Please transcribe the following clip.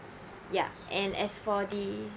ya and as for the